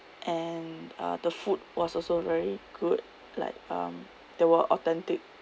and uh the food was also very good like um they were authentic